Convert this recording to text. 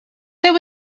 there